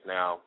Now